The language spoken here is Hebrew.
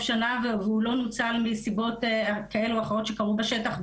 שנה והוא לא נוצל מסיבות כאלו או אחרות שקרו בשטח?